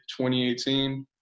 2018